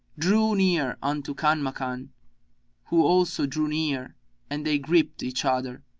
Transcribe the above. drew near unto kanmakan who also drew near and they gripped each other.